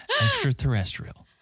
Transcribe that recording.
Extraterrestrial